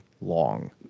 long